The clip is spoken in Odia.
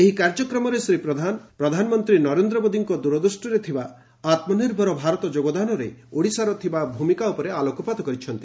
ଏହି କାର୍ଯ୍ୟକ୍ରମରେ ଶ୍ରୀ ପ୍ରଧାନ ପ୍ରଧାନମନ୍ତ୍ରୀ ନରେନ୍ଦ୍ର ମୋଦୀଙ୍କ ଦୂରଦୃଷ୍ଟିରେ ଥିବା ଆତ୍ମନିର୍ଭର ଭାରତ ଯୋଗଦାନରେ ଓଡ଼ିଶାର ଥିବା ଭୂମିକା ଉପରେ ଆଲୋକପାତ କରିଥିଲେ